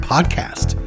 podcast